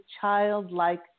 childlike